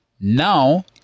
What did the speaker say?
Now